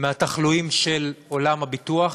מהתחלואים של עולם הביטוח